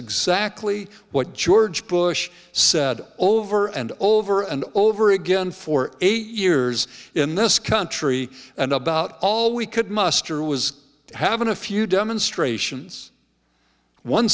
exactly what george bush said over and over and over again for eight years in this country and about all we could muster was having a few demonstrations one